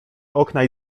okna